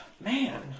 man